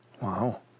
Wow